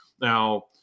Now